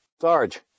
Sarge